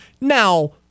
Now